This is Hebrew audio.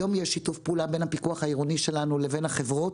היום יש שיתוף פעולה בין הפיקוח העירוני שלנו לבין החברות.